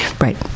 Right